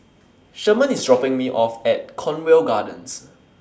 Sherman IS dropping Me off At Cornwall Gardens